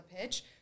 pitch